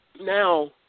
Now